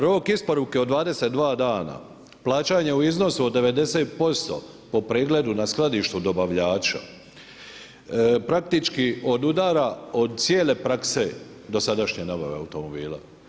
Rok isporuke od 22 dana, plaćanje u iznosu od 90% po pregledu na skladištu dobavljača, praktički odudara od cijele prakse dosadašnje nabave automobila.